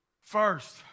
First